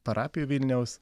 parapijų vilniaus